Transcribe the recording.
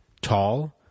tall